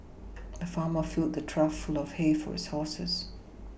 the farmer filled a trough full of hay for his horses